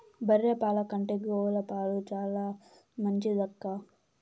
బర్రె పాల కంటే గోవు పాలు చాలా మంచిదక్కా